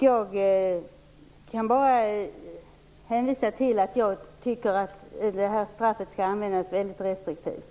Jag kan bara hänvisa till att jag tycker att det här straffet skall användas väldigt restriktivt.